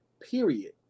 Period